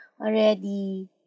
already